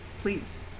Please